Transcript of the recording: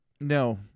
No